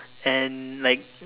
and like